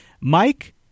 Mike